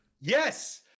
Yes